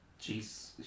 jeez